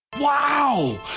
Wow